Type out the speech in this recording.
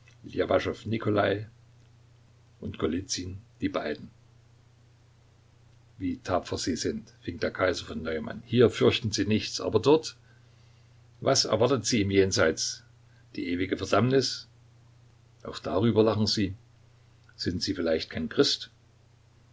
nikolai und golizyn die beiden wie tapfer sie sind fing der kaiser von neuem an hier fürchten sie nichts aber dort was erwartet sie im jenseits die ewige verdammnis auch darüber lachen sie sind sie vielleicht kein christ